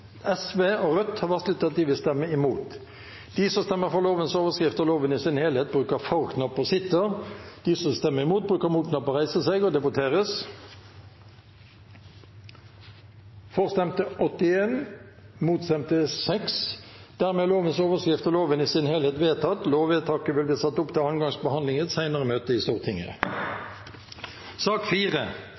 og 7. Sosialistisk Venstreparti og Rødt har varslet at de vil stemme imot. Det voteres over X punktene 1–4, 6 og 8. Rødt har varslet at de vil stemme imot. Det voteres over lovens overskrift og loven i sin helhet. Rødt har varslet at de vil stemme imot. Lovvedtaket vil bli satt opp til andre gangs behandling i et senere møte i Stortinget.